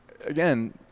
Again